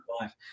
life